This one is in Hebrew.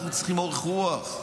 אנחנו צריכים אורך רוח.